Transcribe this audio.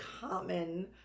common